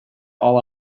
all